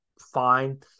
fine